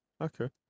Okay